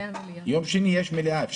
ביום שני יש מליאה.